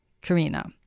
Karina